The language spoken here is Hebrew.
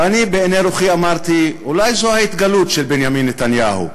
ואני בעיני רוחי אמרתי: אולי זו ההתגלות של בנימין נתניהו.